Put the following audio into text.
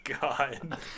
God